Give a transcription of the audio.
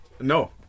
No